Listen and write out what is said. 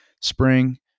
spring